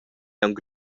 aunc